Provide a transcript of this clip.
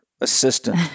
assistant